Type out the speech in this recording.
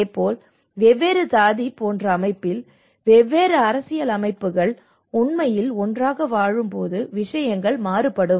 இதேபோல் வெவ்வேறு சாதி போன்ற அமைப்பில் வெவ்வேறு அரசியல் அமைப்புகள் உண்மையில் ஒன்றாக வாழும்போது விஷயங்கள் மாறுபடும்